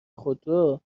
خودرو